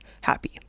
happy